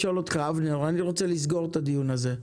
אבנר פלור, אני רוצה לסגור את הדיון הזה.